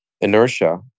inertia